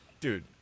dude